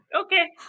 Okay